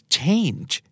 change